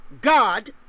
God